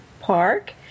Park